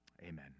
Amen